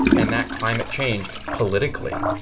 and that climate changed politically,